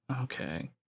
Okay